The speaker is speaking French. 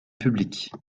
publique